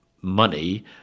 money